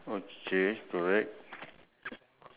ah ya two chicken were were eating